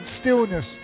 stillness